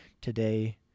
today